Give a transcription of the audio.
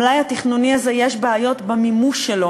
המלאי התכנוני הזה, יש בעיות במימוש שלו.